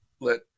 let